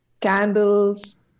candles